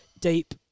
deep